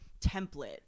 template